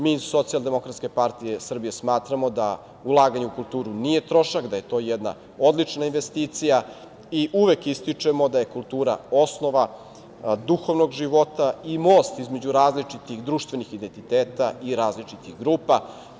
Mi iz Socijaldemokratske partije Srbije smatramo da ulaganje u kulturu nije trošak, da je to jedna odlična investicija i uvek ističemo da je kultura osnova duhovnog života i most između različitih društvenih identiteta i različitih grupa.